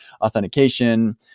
authentication